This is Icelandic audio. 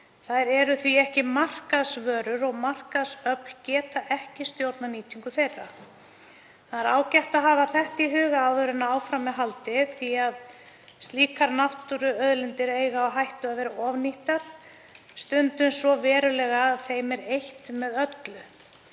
Þær eru því ekki markaðsvörur og markaðsöfl geta ekki stjórnað nýtingu þeirra. Það er ágætt að hafa það í huga áður en áfram er haldið því að slíkar náttúruauðlindir eiga á hættu að vera ofnýttar, stundum svo verulega að þeim er eytt með öllu.